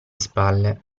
spalle